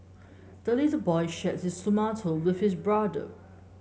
the little boy shared his tomato with his brother